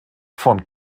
von